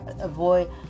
avoid